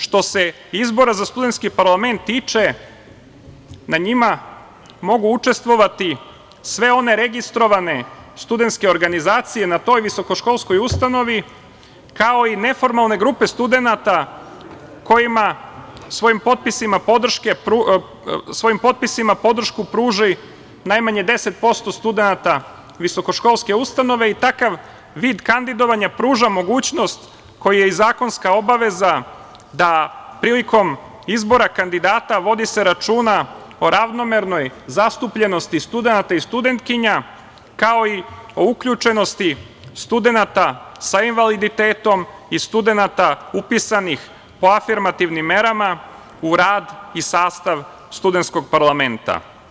Što se izbora za studentski parlament tiče, na njima mogu učestvovati sve one registrovane studentske organizacije na toj visokoškolskoj ustanovi, kao i neformalne grupe studenata kojima svojim potpisima podršku pruža najmanje 10% studenata visokoškolske ustanove i takav vid kandidovanja pruža mogućnost koji je i zakonska obaveza, da se prilikom izbora kandidata vodi računa o ravnomernoj zastupljenosti studenata i studentkinja, kao i o uključenosti studenata sa invaliditetom i studenata upisanih po afirmativnim merama u rad i sastav studentskog parlamenta.